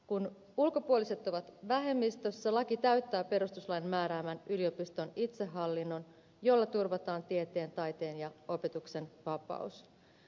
kun ulkopuoliset ovat vähemmistössä laki täyttää perustuslain määräämän yliopiston itsehallinnon vaatimuksen jolla turvataan tieteen taiteen ja opetuksen vapaus